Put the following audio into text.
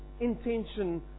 intention